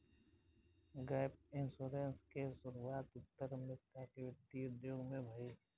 gap insurance के शुरुआत उत्तर अमेरिका के वित्तीय उद्योग में भईल